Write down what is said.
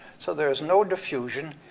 so there is no diffusion,